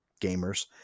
gamers